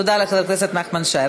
תודה לחבר הכנסת נחמן שי.